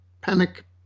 panic